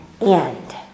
end